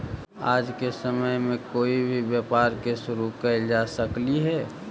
आज के समय में कोई भी व्यापार के शुरू कयल जा सकलई हे